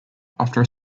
after